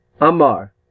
Amar